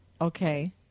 Okay